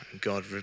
God